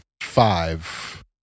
five